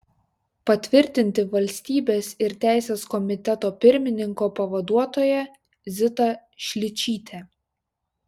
patvirtinti valstybės ir teisės komiteto pirmininko pavaduotoja zitą šličytę